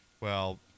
Well-